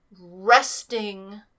resting